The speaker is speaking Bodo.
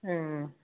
ऐ